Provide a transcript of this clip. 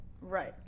right